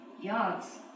yards